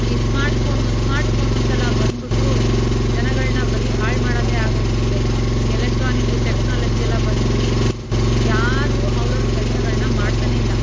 ಈ smart phone smart phone ಅಂತೆಲ್ಲ ಬಂದ್ಬಿಟ್ಟು ಜನಗಳನ್ನ ಬರೀ ಹಾಳು ಮಾಡೋದೇ ಆಗೋಗಿಬಿಟ್ಟಿದೆ ಈ ಎಲೆಕ್ಟ್ರಾನಿಕ್ಕು ಟೆಕ್ನಾಲಜಿ ಎಲ್ಲ ಬಂದು ಯಾರು ಅವ್ರವ್ರ ಕೆಲಸಗಳ್ನ ಮಾಡ್ತಲೇ ಇಲ್ಲ